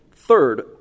Third